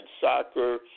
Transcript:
soccer